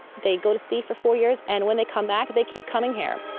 they go to sea for four years, and when they come back they keep coming here.